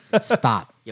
Stop